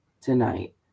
tonight